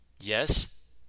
Yes